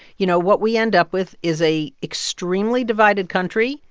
you know, what we end up with is a extremely divided country,